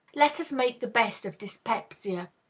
let us make the best of dyspepsia,